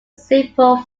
simple